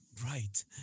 Right